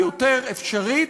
יותר אפשרית,